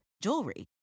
jewelry